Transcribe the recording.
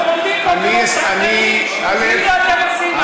ועוד עומדים פה כמו שחקנים, כאילו אתם עושים משהו.